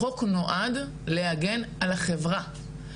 החוק נועד להגן על החברה,